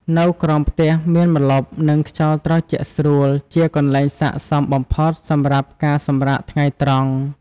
នៅក្រោមផ្ទះមានម្លប់ និងខ្យល់ត្រជាក់ស្រួលជាកន្លែងសាកសមបំផុតសម្រាប់ការសម្រាកថ្ងៃត្រង់។